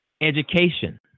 education